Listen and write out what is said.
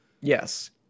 Yes